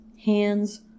hands